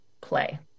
play